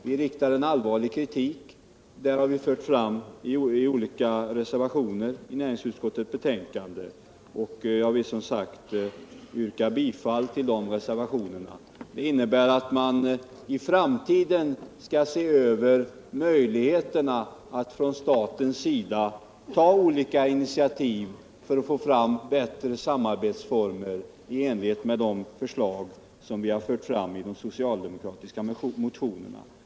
Vi riktar en allvarlig kritik mot avtalet, och den har vi fört fram i reservationer till näringsutskottets betänkande. Jag vill som sagt, yrka bifall till de reservationerna, som innebär att man i framtiden skall se över möjligheterna att från statens sida ta initiativ för att få bättre samarbetsformer i enlighet med det förslag som vi har fått fram i de socialdemokratiska motionerna.